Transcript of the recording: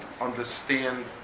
understand